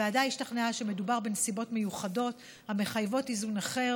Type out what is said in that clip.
הוועדה השתכנעה שמדובר בנסיבות מיוחדות המחייבות איזון אחר